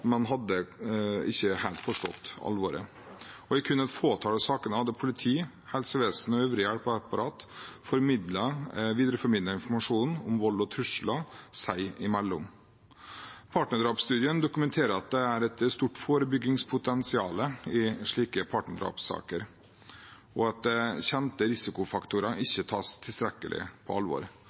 man hadde ikke helt forstått alvoret. I kun et fåtall av sakene hadde politi, helsevesen og øvrig hjelpeapparat videreformidlet informasjonen om vold og trusler seg imellom. Partnerdrapsstudien dokumenterer at det er et stor forebyggingspotensial i slike partnerdrapssaker, og at kjente risikofaktorer ikke tas tilstrekkelig på alvor.